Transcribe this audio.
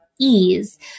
Ease